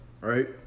Right